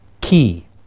key